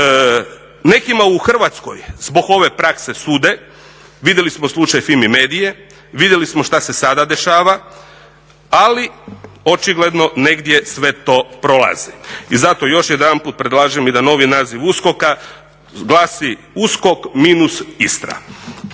Nekima u Hrvatskoj zbog ove prakse sude, vidjeli smo slučaj Fimi medie, vidjeli smo šta se sada dešava, ali očigledno negdje sve to prolazi. I zato još jedanput predlažem i da novi naziv USKOK-a glasi USKOK minus Istra.